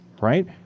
right